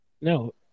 No